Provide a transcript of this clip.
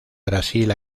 brasil